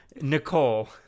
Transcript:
Nicole